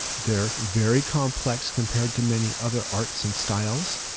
they're very complex compared to many other arts and styles.